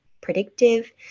predictive